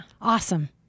Awesome